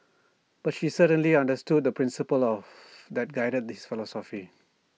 but she certainly understood the principle of that guided his philosophy